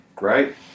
Right